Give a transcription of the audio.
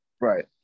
Right